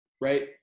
right